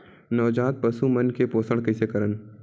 नवजात पशु मन के पोषण कइसे करन?